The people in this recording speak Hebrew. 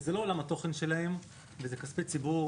זה לא עולם התוכן שלהם ומדובר בכספי ציבור,